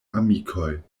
amikoj